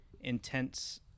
intense